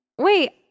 Wait